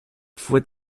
fue